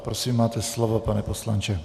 Prosím, máte slovo, pane poslanče.